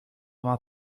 vingt